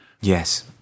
Yes